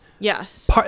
Yes